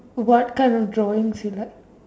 what kind of drawings you like